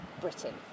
Britain